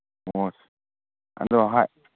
ꯑꯣ ꯑꯗꯣ ꯍꯣꯏ